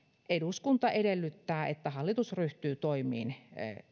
eduskunta edellyttää että hallitus ryhtyy toimiin